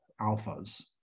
alphas